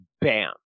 bam